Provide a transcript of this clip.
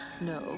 No